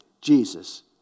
Jesus